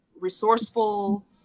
resourceful